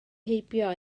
heibio